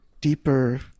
deeper